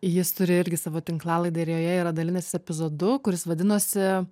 jis turi irgi savo tinklalaidę ir joje yra dalinęsis epizodu kuris vadinosi